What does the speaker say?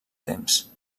temps